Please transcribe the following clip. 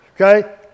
Okay